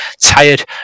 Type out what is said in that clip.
tired